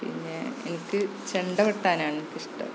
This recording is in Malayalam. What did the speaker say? പിന്നെ എനിക്ക് ചെണ്ട കൊട്ടാനാണെനിക്ക് ഇഷ്ടം